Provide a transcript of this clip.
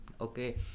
Okay